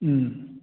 ꯎꯝ